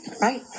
right